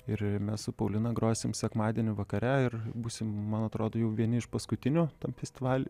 ir mes su paulina grosim sekmadienį vakare ir būsimų man atrodo jau vieni iš paskutinių tam festivaly